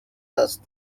است